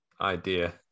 idea